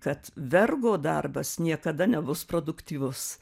kad vergo darbas niekada nebus produktyvus